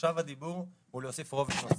עכשיו הדיבור הוא להוסיף רובד נוסף.